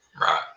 Right